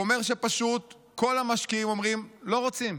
הוא אומר שפשוט כל המשקיעים אומרים: לא רוצים,